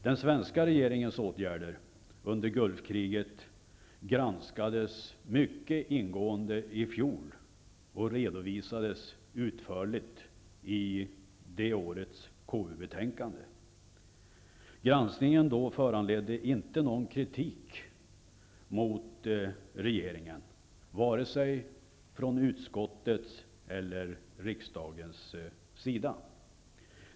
Den svenska regeringens åtgärder under Gulfkriget granskades mycket ingående i fjol och redovisades utförligt i det årets KU-betänkande. Granskningen då föranledde inte någon kritik mot regeringen, vare sig från utskottets eller från riksdagens sida.